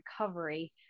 recovery